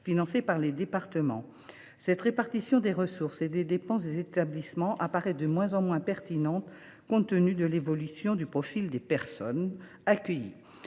financée par les départements. Cette répartition des ressources et des dépenses des établissements apparaît de moins en moins pertinente compte tenu de l’évolution du profil des personnes accueillies.